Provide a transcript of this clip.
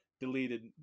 deleted